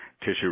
Tissue